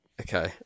Okay